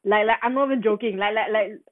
like I'm over joking like like like